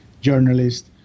journalist